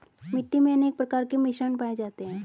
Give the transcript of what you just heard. मिट्टी मे अनेक प्रकार के मिश्रण पाये जाते है